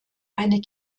eine